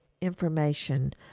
information